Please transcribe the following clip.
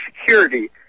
security